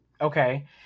okay